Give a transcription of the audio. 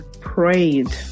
prayed